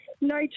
no